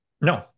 No